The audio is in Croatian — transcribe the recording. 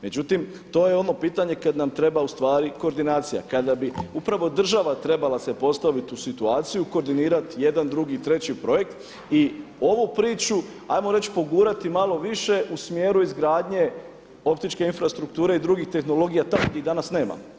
Međutim, to je ono pitanje kada nam treba ustvari koordinacija, kada bi upravo država trebala se postaviti u situaciju koordinirati jedan, drugi, treći projekt i ovu priču ajmo reći pogurati malo više u smjeru izgradnje optičke infrastrukture i drugih tehnologija … danas nema.